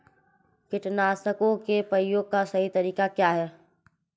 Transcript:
कीटनाशकों के प्रयोग का सही तरीका क्या है?